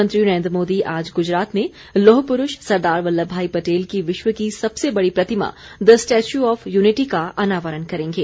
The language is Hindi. प्रधानमंत्री नरेन्द्र मोदी आज गुजरात में लौह पुरूष सरदार वल्लभ भाई पटेल की विश्व की सबसे बड़ी प्रतिमा द स्टैच्यू ऑफ यूनिटी का अनावरण करेंगे